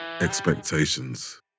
expectations